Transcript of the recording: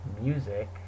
music